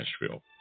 Nashville